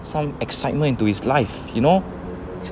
some excitement into his life you know